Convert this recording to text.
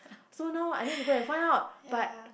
so now I need to go and find out but